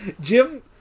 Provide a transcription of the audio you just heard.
Jim